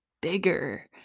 bigger